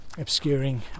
obscuring